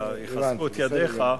אלא יחזקו את ידיך,